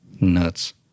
nuts